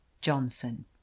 johnson